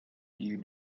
you